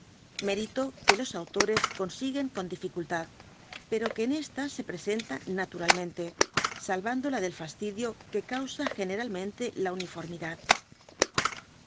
mérito que los autores consiguen con dificultad pero que en esta se presenta naturalmente salvándola del fastidio que causa generalmente la uniformidad